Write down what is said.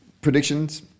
predictions